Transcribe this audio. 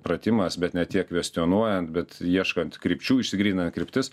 pratimas bet ne tiek kvestionuojant bet ieškant krypčių išsigrynina kryptis